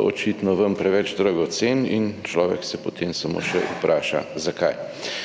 očitno vam preveč dragocen in človek se, potem samo še vpraša zakaj.